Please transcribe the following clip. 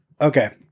Okay